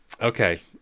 Okay